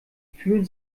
fühlen